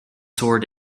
sword